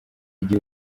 gihe